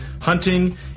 hunting